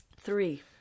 Three